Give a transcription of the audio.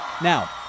Now